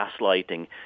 gaslighting